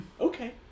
okay